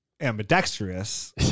ambidextrous